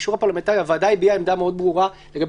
הוועדה הביעה עמדה מאוד ברורה לגבי